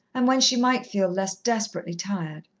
and when she might feel less desperately tired.